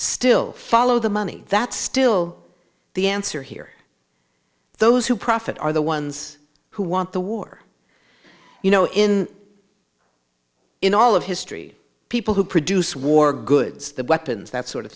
still follow the money that's still the answer here those who profit are the ones who want the war you know in in all of history people who produce war goods the weapons that sort of